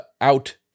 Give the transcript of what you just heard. out